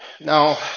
Now